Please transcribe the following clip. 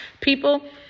People